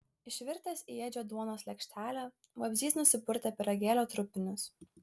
išvirtęs į edžio duonos lėkštelę vabzdys nusipurtė pyragėlio trupinius